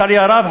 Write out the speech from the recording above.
לצערי הרב,